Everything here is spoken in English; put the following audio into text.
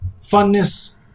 funness